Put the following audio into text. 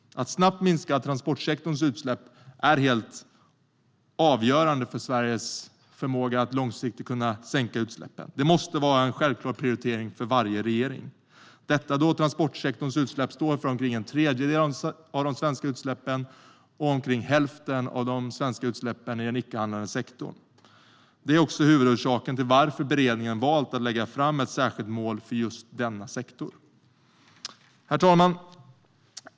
Att snabbt minska transportsektorns utsläpp är helt avgörande för Sveriges förmåga att långsiktigt sänka utsläppen. Det måste vara en självklar prioritering för varje regering. Detta då transportsektorn står för omkring en tredjedel av Sveriges totala utsläpp och omkring hälften av utsläppen från den icke-handlande sektorn. Det är också huvudorsaken till att beredningen valt att lägga fram ett särskilt mål för just denna sektor. Herr talman!